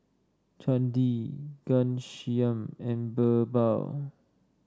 Chandi Ghanshyam and BirbaL